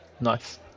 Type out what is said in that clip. Nice